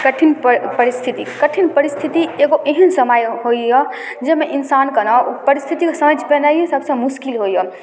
कठिन प परिस्थिति कठिन परिस्थिति एगो एहन समय होइए जाहिमे इन्सानके ने ओहि परिस्थितिके समझि पेनाइ सबसँ मुश्किल होइए